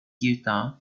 utah